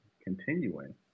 continuing